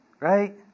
Right